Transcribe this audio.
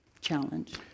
challenge